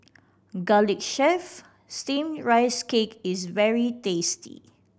garlic chive Steamed Rice Cake is very tasty